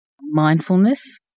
mindfulness